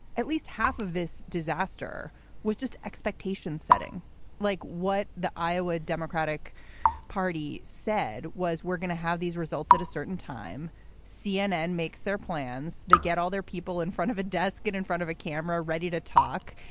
at least half of this disaster was just expectations setting like what the iowa democratic party said was we're going to have these results at a certain time cnn makes their plans. they get all their people in front of a desk, get in front of a camera, ready to talk.